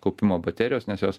kaupimo baterijos nes jos